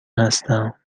هستم